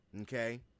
Okay